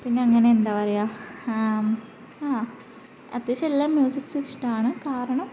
പിന്നങ്ങനെ എന്താണു പറയുക ആ അത്യാവശ്യം എല്ലാ മ്യൂസിക്സും ഇഷ്ടമാണ് കാരണം